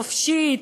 חופשית.